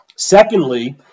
Secondly